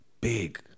Big